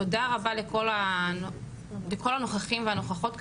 תודה רבה לכל הנוכחים והנוכחות כאן.